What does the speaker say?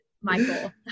Michael